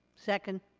second.